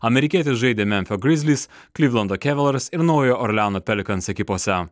amerikietis žaidė memfio grizlis klivlando kevelers ir naujojo orleano pelikans ekipose